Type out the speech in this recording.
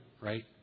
right